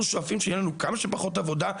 אנחנו שואפים לכך שתהיה לנו כמה שפחות עבודה,